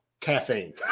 caffeine